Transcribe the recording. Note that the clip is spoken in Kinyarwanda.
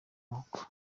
moko